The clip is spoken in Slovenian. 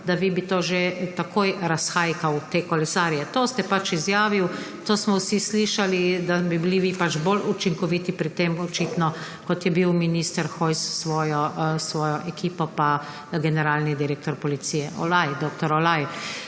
da bi vi to že takoj razhajkali, te kolesarje. To ste pač izjavili, to smo vsi slišali, da bi bili vi očitno bolj učinkoviti pri tem, kot sta bila minister Hojs s svojo ekipo pa generalni direktor policije dr. Olaj.